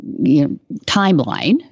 timeline